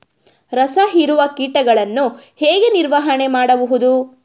ರಸ ಹೀರುವ ಕೀಟಗಳನ್ನು ಹೇಗೆ ನಿರ್ವಹಣೆ ಮಾಡಬಹುದು?